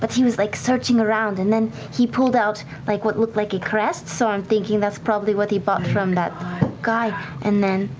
but he was like searching around and then he pulled out like what looked like a crest. so i'm thinking that's probably what he bought from that guy and then,